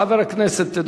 חבר הכנסת,